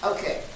Okay